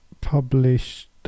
published